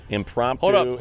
Impromptu